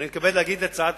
אנחנו עוברים להצעת